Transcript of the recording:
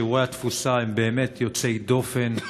שיעורי התפוסה הם באמת יוצאי דופן,